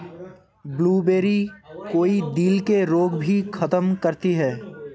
blueberry, कई दिल के रोग भी खत्म करती है